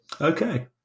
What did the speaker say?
Okay